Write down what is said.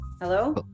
Hello